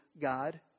God